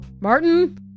Martin